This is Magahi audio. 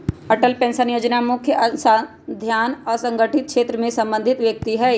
अटल पेंशन जोजना के मुख्य ध्यान असंगठित क्षेत्र से संबंधित व्यक्ति हइ